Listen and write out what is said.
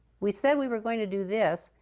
we said we were going to do this.